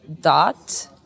dot